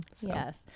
yes